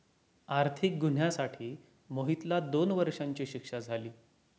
आर्थिक गुन्ह्यासाठी मोहितला दोन वर्षांची शिक्षा झाली